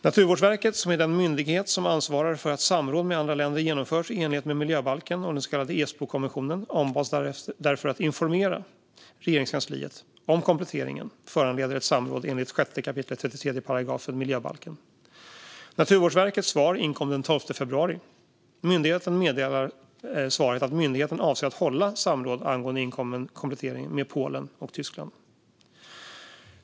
Naturvårdsverket, som är den myndighet som ansvarar för att samråd med andra länder genomförs i enlighet med miljöbalken och den så kallade Esbokonventionen, ombads därför att informera Regeringskansliet om huruvida kompletteringen föranleder ett samråd enligt 6 kap. 33 § miljöbalken. Naturvårdsverkets svar inkom den 12 februari. Myndigheten meddelar i svaret att myndigheten avser att hålla samråd angående inkommen komplettering med Polen och Tyskland.